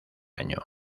año